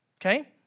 Okay